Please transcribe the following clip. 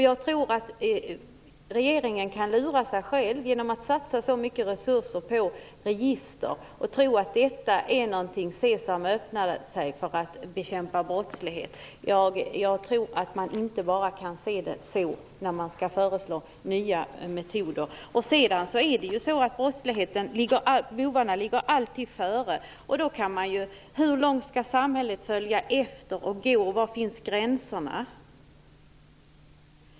Jag tror att regeringen kan lura sig själv genom att satsa så mycket resurser på register i tron att det när det gäller att bekämpa brottslighet är något av Sesam, öppna dig! Man kan nog inte bara se detta på det sättet när nya metoder skall föreslås. Vidare ligger bovarna alltid före. Hur långt skall samhället följa efter och gå? Var går gränsen?